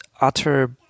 utter